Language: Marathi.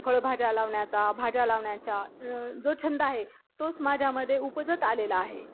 फळभाज्या लावण्याचा भाज्या लावण्याचा जो छंद आहे तोच माझ्यामध्ये उपजत आलेला आहे